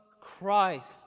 Christ